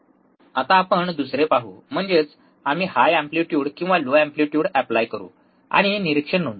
आता आपण दुसरे पाहू म्हणजेच आम्ही हाय अँप्लिटयूड किंवा लो अँप्लिटयूड ऎप्लाय करू आणि निरीक्षण नोंदवू